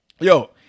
Yo